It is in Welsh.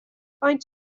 faint